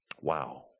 Wow